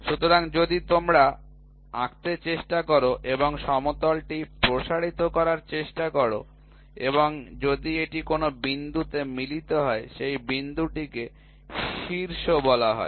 সুতরাং যদি তোমরা আঁকতে চেষ্টা কর এবং সমতল টি প্রসারিত করার চেষ্টা কর এবং যদি এটি কোনও বিন্দুতে মিলিত হয় সেই বিন্দুটিকে শীর্ষ বলা হয়